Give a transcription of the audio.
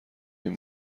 این